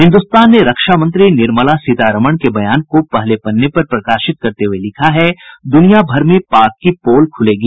हिन्दुस्तान ने रक्षा मंत्री निर्मला सीतारमन के बयान को पहले पन्ने पर प्रकाशित करते हुए लिखा है दुनिया भर में पाक की पोल खुलेगी